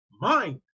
mind